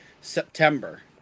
September